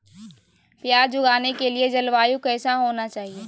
प्याज उगाने के लिए जलवायु कैसा होना चाहिए?